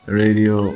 radio